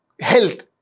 health